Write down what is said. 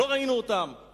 לא רק